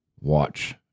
watch